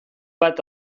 bat